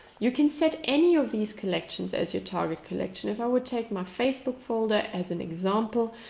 you can set any of these collections as your target collection. if i would take my facebook folder as an example,